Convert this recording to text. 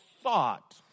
thought